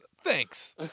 thanks